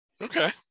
Okay